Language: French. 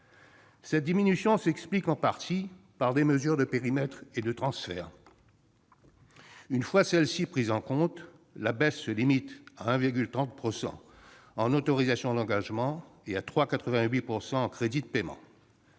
Cette diminution s'explique en partie par des mesures de périmètre et de transfert. Une fois celles-ci prises en compte, la baisse se limite à 1,30 % en autorisations d'engagement et à 3,88 % en crédits de paiement.